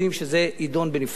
זה יידון בנפרד,